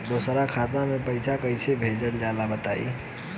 दोसरा खाता में पईसा कइसे भेजल जाला बताई?